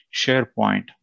SharePoint